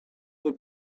the